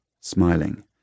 smiling